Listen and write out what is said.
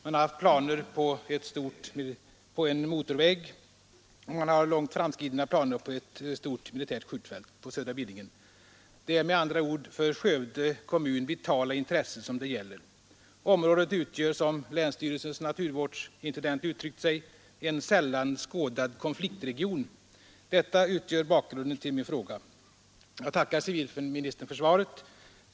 Man har haft planer på en motorväg och man har långt framskridna planer på ett stort militärt skjulfält på södra Billingen. Det är med andra ord för Skövde kommun vitala intressen som det gäller. Området utgör — som länsstyrelsens naturvårdsintendent uttryckt sig — en ”sällan skådad konfliktregion”. Detta är bakgrunden till min fråga. Jag tackar civilministern för svaret.